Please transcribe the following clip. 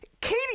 Katie